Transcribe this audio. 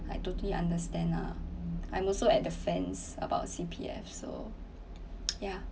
I totally understand ah I'm also at the fence about C_P_F so yeah